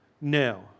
now